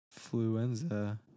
Fluenza